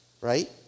right